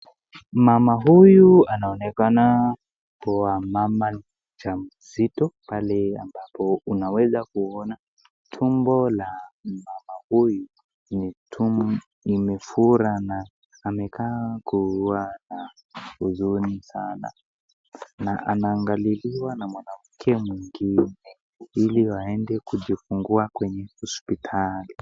Mama huyu anaonekana kuwa mama mja mzito pale ambapo unaweza kuona tumbo la mama huyu ni tumbo imefura na amekaa kuwa na huzuni sana na anaangaliliwa na mwanamke mwingine ili aende kujifungua kwenye hospitali.